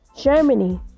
Germany